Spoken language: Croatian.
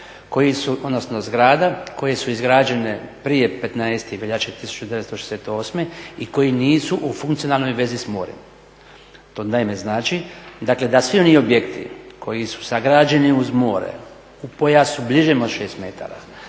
koji su, odnosno zgrada koje su izgrađene prije 15. veljače 1968. i koji nisu u funkcionalnoj vezi s morem. To naime znači, dakle da svi oni objekti koji su sagrađeni uz more u pojasu bližem od 6 metara